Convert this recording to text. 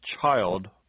child